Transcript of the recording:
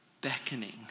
Beckoning